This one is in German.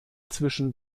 zwischen